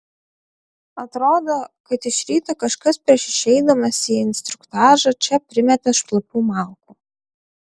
atrodo kad iš ryto kažkas prieš išeidamas į instruktažą čia primetė šlapių malkų